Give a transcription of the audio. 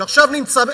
שעכשיו נמצא,